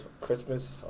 Christmas